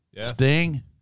sting